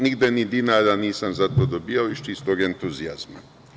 Nigde ni dinara nisam za to dobijao, bilo je iz čistog entuzijazma.